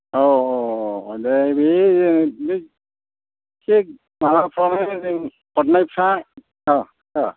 औ अ अ अ दे बे एसे माबाफ्रानो हरनायफ्रा अ अ